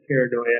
paranoia